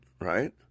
Right